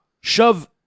shove